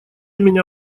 меня